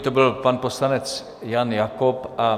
To byl pan poslanec Jan Jakob.